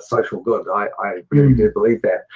social good. i do believe that.